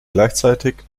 gleichzeitig